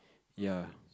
ya